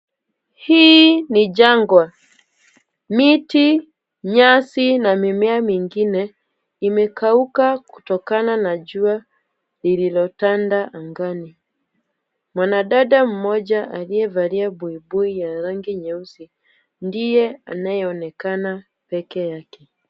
Hii ni jangwa. Miti, nyasi na mimea mingine imekauka kutokana na jua lililotanda angani. Mwanadada mmoja aliyevalia buibui ya rangi nyeusi ndiye anayeonekana pekee yake.